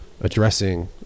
addressing